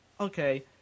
Okay